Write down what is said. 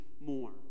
more